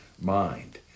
mind